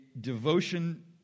devotion